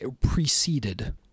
preceded